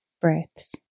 breaths